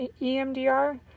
EMDR